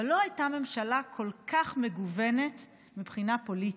אבל לא הייתה ממשלה כל כך מגוונת מבחינה פוליטית,